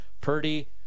Purdy